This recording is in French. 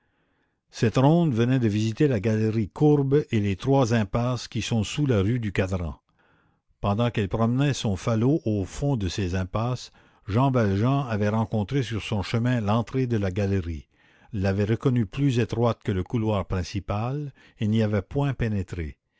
cette ronde venait de visiter la galerie courbe et les trois impasses qui sont sous la rue du cadran pendant qu'elle promenait son falot au fond de ces impasses jean valjean avait rencontré sur son chemin l'entrée de la galerie l'avait reconnue plus étroite que le couloir principal et n'y avait point pénétré